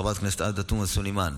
חברת הכנסת עאידה תומא סלימאן,